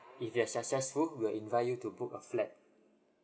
if you're successful will invite you to book a flat